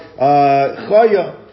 Chaya